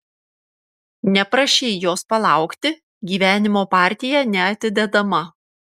neprašei jos palaukti gyvenimo partija neatidedama